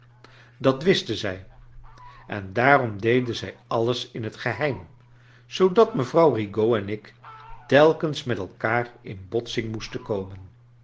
dat wisten zij en daarom deden zij alles in het geheim zoodat mevrouw rigaud en ik telkens met elkaar in botsing moesten komen